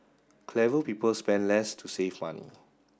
clever people spend less to save money